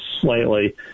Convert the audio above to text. slightly